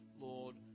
Lord